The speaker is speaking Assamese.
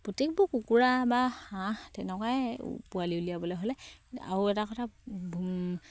প্ৰত্যেকবোৰ কুকুৰা বা হাঁহ তেনেকুৱাই পোৱালি উলিয়াবলে হ'লে আৰু এটা কথা